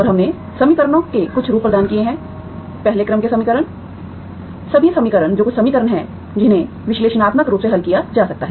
और हमने समीकरणों के कुछ रूप प्रदान किए हैं पहले क्रम के समीकरण सभी समीकरण जो कुछ समीकरण हैं जिन्हें विश्लेषणात्मक रूप से हल किया जा सकता है